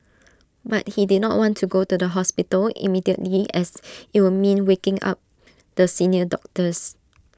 but he did not want to go to the hospital immediately as IT would mean waking up the senior doctors